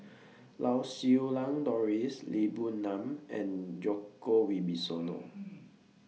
Lau Siew Lang Doris Lee Boon Ngan and Djoko Wibisono